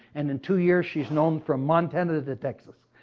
and in two years, she's known from montana to texas.